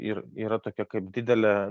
ir yra tokia kaip didelė